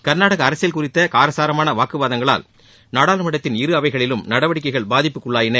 கர்நாடக அரசியல் குறித்த காரசாரமான வாக்கு வாதங்களால் நாடாளுமன்றத்தின் இரு அவைகளிலும் நடவடிக்கைகள் பாதிப்புக்குள்ளாயின